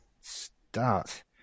Start